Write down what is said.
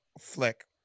flick